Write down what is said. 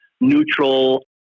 neutral